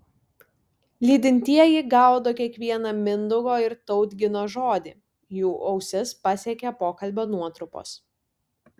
lydintieji gaudo kiekvieną mindaugo ir tautgino žodį jų ausis pasiekia pokalbio nuotrupos